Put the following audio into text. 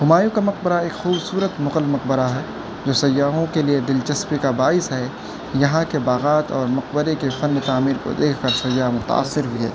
ہمایوں کا مقبرہ ایک خوبصورت مغل مقبرہ ہے جو سیاحوں کے لیے دلچسپی کا باعث ہے یہاں کے باغات اور مقبرے کے فنِ تعمیر کو دیکھ کر سیاح متاثر ہوئے